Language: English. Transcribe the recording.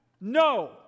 no